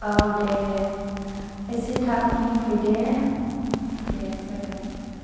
औ दे दे एसे थाबैनो फै दे दे जागोन